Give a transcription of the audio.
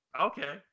Okay